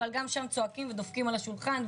אבל גם שם צועקים ודופקים על השולחן,